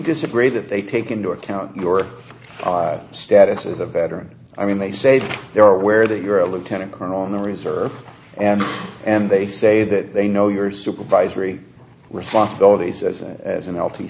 disagree that they take into account your status as a veteran i mean they say they're aware that you're a lieutenant colonel in the reserve and they say that they know you're a supervisory responsibilities as a as an l